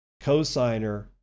cosigner